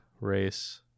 race